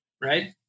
right